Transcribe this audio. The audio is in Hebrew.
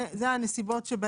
זה הנסיבות,